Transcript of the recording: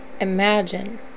Imagine